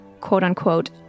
quote-unquote